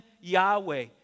Yahweh